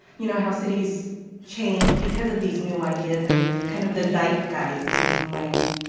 you know how cities change because of these new ideas and kind of the zeitgeist in some ways.